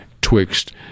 twixt